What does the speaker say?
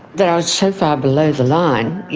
that i was so far below the line, yes!